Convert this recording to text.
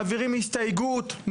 מעבירים הסתייגות,